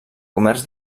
comerç